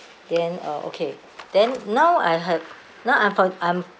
then uh okay then now I have now I'm from I'm